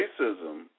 racism